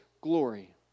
glory